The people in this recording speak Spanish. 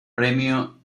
premio